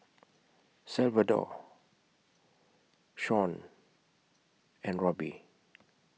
Salvador Shon and Robbie